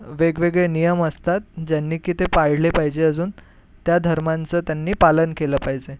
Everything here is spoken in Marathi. वेगवेगळे नियम असतात ज्यांनी की ते पाळले पाहिजे अजून त्या धर्मांचं त्यांनी पालन केलं पाहिजे